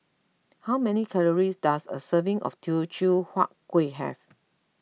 how many calories does a serving of Teochew Huat Kueh have